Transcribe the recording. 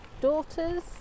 daughters